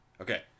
Okay